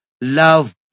love